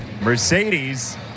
Mercedes